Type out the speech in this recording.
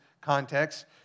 context